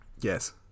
yes